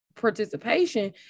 participation